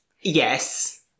Yes